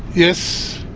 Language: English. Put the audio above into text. yes,